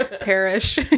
Perish